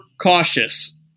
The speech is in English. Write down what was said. cautious